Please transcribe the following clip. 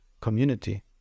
community